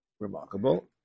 Remarkable